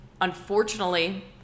unfortunately